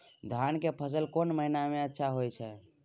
धान के फसल कोन महिना में अच्छा होय छै?